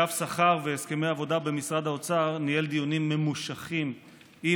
אגף שכר והסכמי עבודה במשרד האוצר ניהל דיונים ממושכים עם